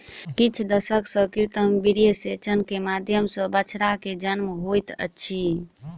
किछ दशक सॅ कृत्रिम वीर्यसेचन के माध्यम सॅ बछड़ा के जन्म होइत अछि